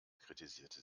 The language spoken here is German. kritisierte